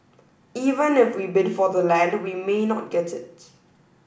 even if we bid for the land we may not get it